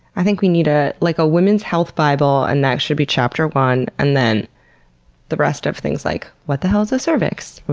i think we need a like women's health bible and that should be chapter one, and then the rest are things like, what the hell is the cervix?